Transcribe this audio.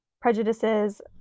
prejudices